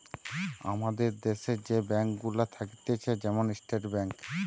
আমাদের দ্যাশে যে ব্যাঙ্ক গুলা থাকতিছে যেমন স্টেট ব্যাঙ্ক